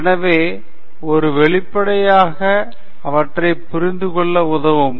எனவே ஒரு வெளிப்படையாக அவற்றை புரிந்துகொள்ள உதவுகிறது